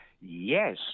Yes